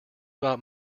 bought